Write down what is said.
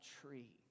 tree